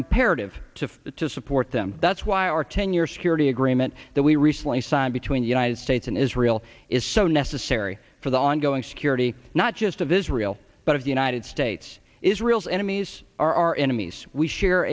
imperative to to support them that's why our ten year security agreement that we recently signed between the united states and israel is so necessary for the ongoing security not just of israel but of the united states israel's enemies are our enemies we share